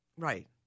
Right